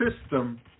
system